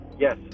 Yes